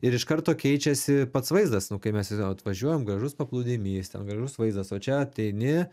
ir iš karto keičiasi pats vaizdas nu kai mes jau atvažiuojam gražus paplūdimys ten gražus vaizdas o čia ateini